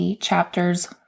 chapters